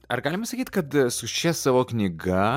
ar galima sakyt kad su šia savo knyga